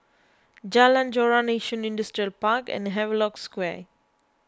Jalan Joran Yishun Industrial Park and Havelock Square